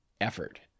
effort